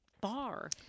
bar